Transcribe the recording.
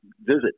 visit